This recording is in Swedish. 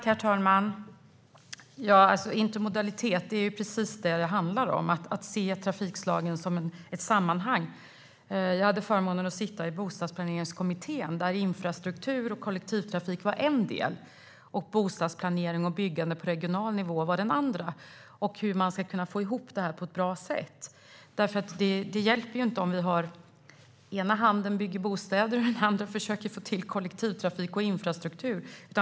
Herr talman! Intermodalitet är precis vad det handlar om. Det gäller att se trafikslagen som ett sammanhang. Jag hade förmånen att sitta i Bostadsplaneringskommittén. Där var infrastruktur och kollektivtrafik en del, och bostadsplanering och byggande på regional nivå var den andra. Det handlar om hur man ska kunna få ihop det på ett bra sätt. Det hjälper inte om den ena handen bygger bostäder och den andra försöker få till kollektivtrafik och infrastruktur.